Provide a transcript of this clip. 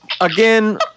again